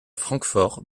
francfort